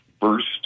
first